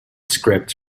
scripts